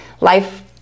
life